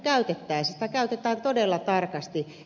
sitä käytetään todella tarkasti